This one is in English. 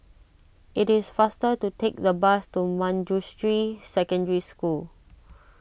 it is faster to take the bus to Manjusri Secondary School